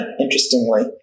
Interestingly